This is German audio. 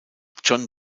john